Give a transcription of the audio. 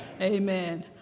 Amen